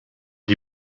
die